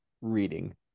reading